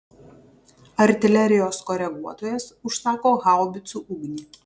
artilerijos koreguotojas užsako haubicų ugnį